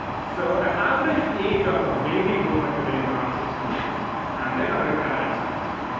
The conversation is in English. so an average age of a baby boomer today is around sixty years and they're gonna retire at some point.